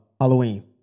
Halloween